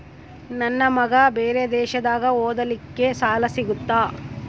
ನನ್ನ ಮಗ ಬೇರೆ ದೇಶದಾಗ ಓದಲಿಕ್ಕೆ ಸಾಲ ಸಿಗುತ್ತಾ?